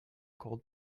cold